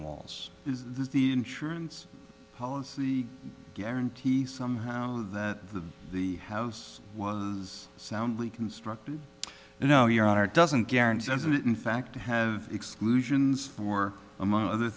is the insurance policy the guarantee somehow that the the house was soundly constructed you know your honor doesn't guarantee doesn't it in fact have exclusions for among other